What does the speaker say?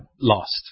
lost